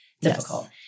difficult